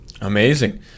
Amazing